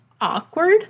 awkward